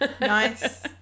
Nice